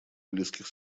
близких